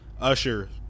usher